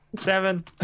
Seven